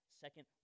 Second